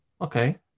Okay